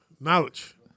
Knowledge